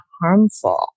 harmful